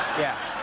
yeah,